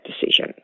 decision